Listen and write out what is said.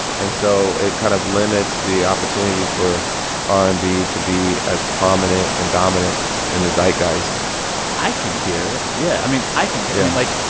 and so it kind of limits the opportunities for r and b to be as prominent and dominant in the zeitgeist i can hear it. yeah, i mean, i can hear. and yeah